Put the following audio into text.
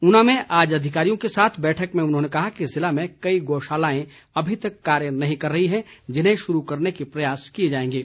ऊना में आज अधिकारियों के साथ बैठक में उन्होंने कहा कि जिले में कई गौशालाएं अभी तक कार्य नहीं कर रही हैं जिन्हें शुरू करने के प्रयास किए जांएगें